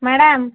madam